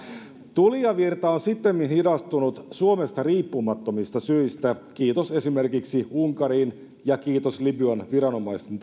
tulijavirta on sittemmin hidastunut suomesta riippumattomista syistä kiitos esimerkiksi unkarin ja kiitos libyan viranomaisten